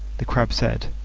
the crab said,